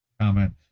comment